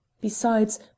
Besides